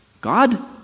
God